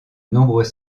nombreux